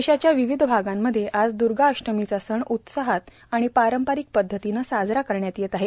देशाच्या विविध भागांमध्ये आज द्र्गाअष्टमीचा सण उत्साह आणि पारंपरिक पध्दतीनं साजरा करण्यात येत आहे